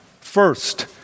first